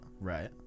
right